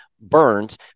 burns